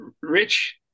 Rich